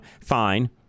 fine